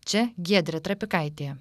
čia giedrė trapikaitė